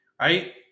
right